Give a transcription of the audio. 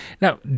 Now